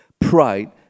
pride